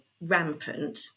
rampant